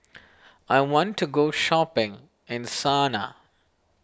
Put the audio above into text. I want to go shopping in Sanaa